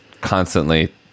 constantly